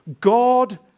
God